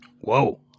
Whoa